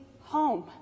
home